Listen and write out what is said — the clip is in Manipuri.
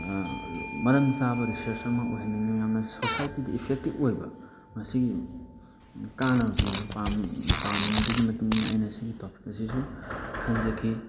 ꯃꯔꯝ ꯆꯥꯕ ꯔꯤꯁꯥꯔꯁ ꯑꯃ ꯑꯣꯏꯍꯟꯅꯤꯡꯉꯤ ꯌꯥꯝꯅ ꯁꯣꯁꯥꯏꯇꯤꯗ ꯏꯐꯦꯛꯇꯤꯕ ꯑꯣꯏꯕ ꯃꯁꯤꯒꯤ ꯀꯥꯟꯅꯕ ꯄꯤꯕ ꯄꯥꯝꯕꯗꯨꯒꯤ ꯃꯇꯨꯡ ꯏꯟ ꯑꯩꯅ ꯁꯤꯒꯤ ꯇꯣꯄꯤꯛ ꯑꯁꯤꯁꯨ ꯈꯟꯖꯈꯤ